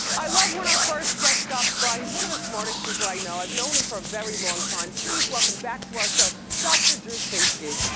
i love when our first guest stops by. he's one of the smartest people i know. i've known him for a very long time. please welcome back to our show dr. drew pinsky.